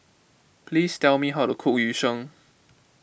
please tell me how to cook Yu Sheng